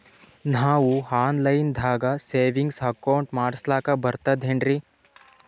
ನಾವು online ದಾಗ savings account ಮಾಡಸ್ಲಾಕ ಬರ್ತದೇನ್ರಿ?